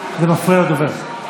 זה מפריע לדובר.